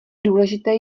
důležité